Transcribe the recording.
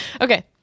Okay